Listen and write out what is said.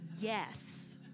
yes